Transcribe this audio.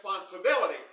responsibility